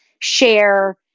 share